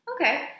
Okay